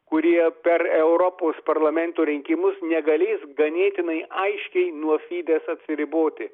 kurie per europos parlamento rinkimus negalės ganėtinai aiškiai nuo fidez atsiriboti